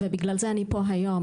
ובגלל זה אני פה היום.